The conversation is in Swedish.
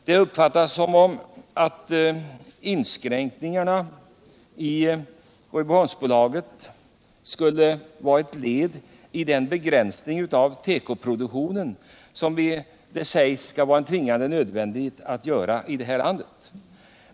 Det uppfattas som om inskränkningarna i Rydboholmsbolaget skulle ha varit ett led i den begränsning av tekoproduktionen som det sägs skall vara en tvingande nödvändighet att göra i det här landet.